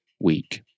week